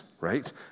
right